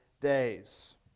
days